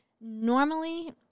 Normally